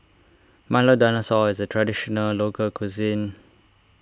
Milo Dinosaur is a Traditional Local Cuisine